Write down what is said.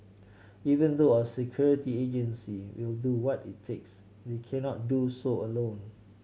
even though our security agencies will do what it takes they cannot do so alone